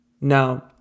Now